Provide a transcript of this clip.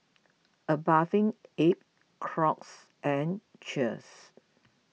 a Bathing Ape Crocs and Cheers